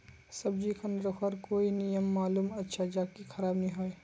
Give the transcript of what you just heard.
सब्जी खान रखवार कोई नियम मालूम अच्छा ज की खराब नि होय?